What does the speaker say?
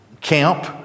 camp